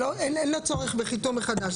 אין צורך בחיתום מחדש.